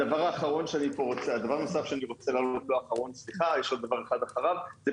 הדבר האחרון שאני רוצה להעלות זה בנושא התמרוקים.